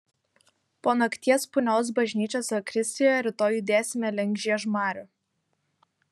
po nakties punios bažnyčios zakristijoje rytoj judėsime link žiežmarių